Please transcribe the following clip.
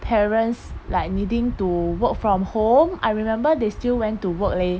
parents like needing to work from home I remember they still went to work leh